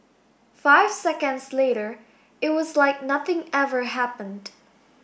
five seconds later it was like nothing ever happened